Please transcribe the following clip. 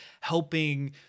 helping